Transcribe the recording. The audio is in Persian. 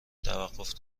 توقف